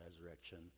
resurrection